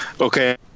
Okay